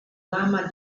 lama